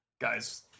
guys